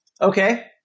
Okay